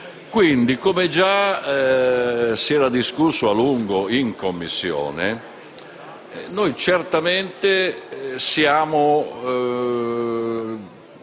Quindi, come già si era discusso a lungo in Commissione, noi certamente siamo